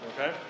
Okay